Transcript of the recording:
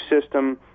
system